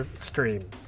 stream